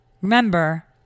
Remember